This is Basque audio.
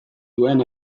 duen